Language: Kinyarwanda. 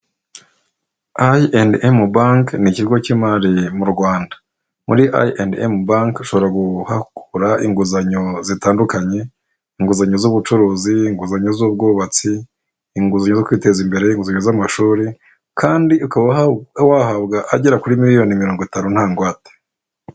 I&M banki ni ikigo cy'imari mu Rwanda. Muri I&M banki ushobora kuhakura inguzanyo zitandukanye: inguzanyo z'ubucuruzi, inguzanyo z'ubwubatsi, inguzanyo zo kwiteza imbere, inguzanyo z'amashuri kandi ukaba wahabwa agera kuri miliyoni mirongo itanu nta ngwate.